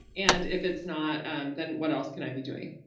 and if it's not, um then what else can i be doing?